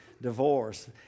divorce